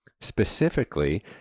specifically